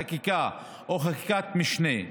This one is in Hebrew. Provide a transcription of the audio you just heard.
חקיקה או חקיקת משנה,